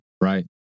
Right